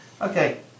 Okay